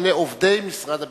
אלה עובדי משרד הביטחון.